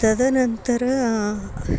तदनन्तरं